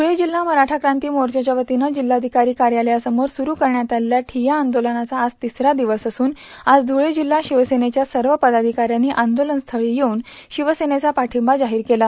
धुळे जिल्हा मराठा क्रांती मोर्चांच्या वतीनं जिल्हाधिक्वरी कार्यालयासमोर सुरु करण्यात आलेल्या ठिव्या आंदोलनाचा आज तिसरा दिवस असून आज पुळे जिल्हा शिवसेनेच्या सर्व पदाषिकाऱ्यांनी आंदोलन स्थळी येवून शिवसेनेचा पाठीबा जाहिर केला